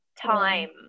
time